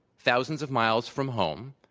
thousands of miles from home,